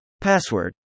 password